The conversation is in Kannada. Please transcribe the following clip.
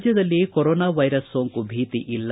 ರಾಜ್ಯದಲ್ಲಿ ಕೊರೊನಾ ವೈರಸ್ ಸೋಂಕು ಭೀತಿ ಇಲ್ಲ